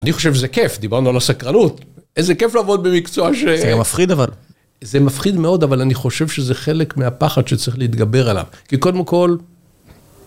אני חושב שזה כיף, דיברנו על הסקרנות. איזה כיף לעבוד במקצוע ש... זה גם מפחיד אבל. זה מפחיד מאוד, אבל אני חושב שזה חלק מהפחד שצריך להתגבר עליו. כי קודם כל...